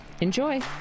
Enjoy